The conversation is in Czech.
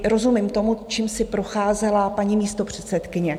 Rozumím i tomu, čím si procházela paní místopředsedkyně.